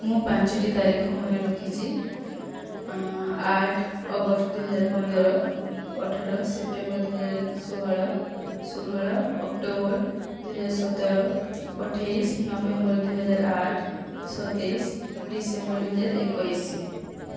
ମୁଁ ପାଞ୍ଚଟି ତାରିଖ ମାନେ ରଖିଛି ଆଠ ଅଗଷ୍ଟ ଦୁଇହଜାର ପନ୍ଦର ଅଠର ସେପ୍ଟେମ୍ବର ଦୁଇହଜାର ଷୋହଳ ଷୋହଳ ଅକ୍ଟୋବର ଦୁଇହଜାର ସତର ଅଠେଇଶ ନଭେମ୍ବର ଦୁଇହଜାର ଆଠ ସତେଇଶ ଡିସେମ୍ବର ଦୁଇହଜାର ଏକୋଇଶ